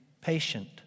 patient